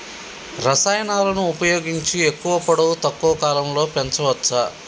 రసాయనాలను ఉపయోగించి ఎక్కువ పొడవు తక్కువ కాలంలో పెంచవచ్చా?